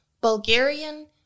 Bulgarian